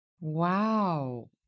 Wow